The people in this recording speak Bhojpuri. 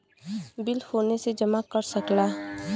बिल फोने से जमा कर सकला